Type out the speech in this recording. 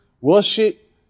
worship